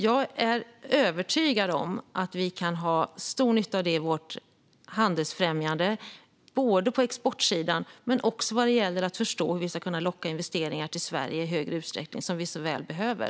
Jag är övertygad om att vi kan ha stor nytta av detta i vårt handelsfrämjande på exportsidan men också när det gäller att förstå hur vi ska kunna locka investeringar till Sverige i högre utsträckning, som vi så väl behöver.